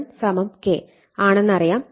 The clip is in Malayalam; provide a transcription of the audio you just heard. ആണെന്ന് അറിയാം